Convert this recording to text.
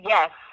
Yes